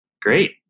Great